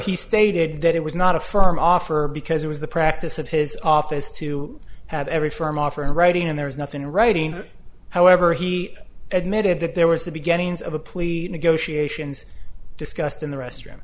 he stated that it was not a firm offer because it was the practice of his office to have every firm offer in writing and there was nothing in writing however he admitted that there was the beginnings of a plea negotiations discussed in the restroom